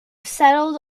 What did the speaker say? settled